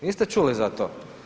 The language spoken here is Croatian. Niste čuli za to?